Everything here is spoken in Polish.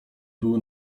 był